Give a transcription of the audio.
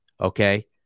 okay